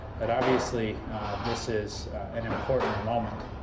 that obviously this is an important moment,